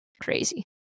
crazy